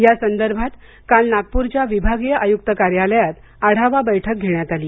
या संदर्भात काल नागपूरच्या विभागीय आयुक्त कार्यालयात आढावा बैठक घेण्यात आली